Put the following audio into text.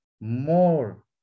more